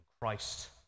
Christ